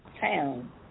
town